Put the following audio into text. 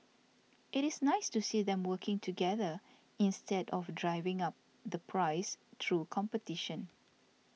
it is nice to see them working together instead of driving up the price through competition